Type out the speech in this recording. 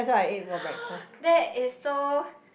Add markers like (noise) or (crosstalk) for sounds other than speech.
(breath) that is so